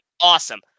awesome